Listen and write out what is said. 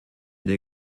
der